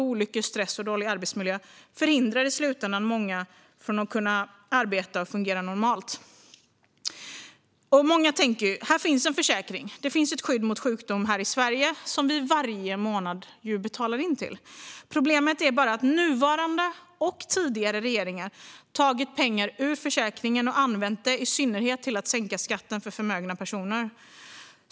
Olyckor, stress och dålig arbetsmiljö förhindrar i slutändan många att arbeta och fungera normalt. Många tänker att det finns en försäkring och ett skydd mot sjukdom här i Sverige, som vi ju varje månad betalar in till. Problemet är bara att nuvarande och tidigare regeringar tagit pengar från försäkringen och använt dem i synnerhet till att sänka skatten för förmögna personer.